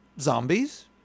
zombies